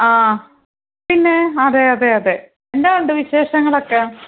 ആ പിന്നെ അതെ അതെ അതെ എന്നാ ഉണ്ട് വിശേഷങ്ങളൊക്കെ